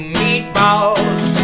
meatballs